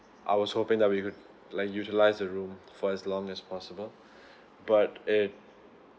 I was hoping that we could like utilize the room for as long as possible but it